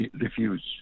refuse